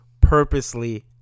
purposely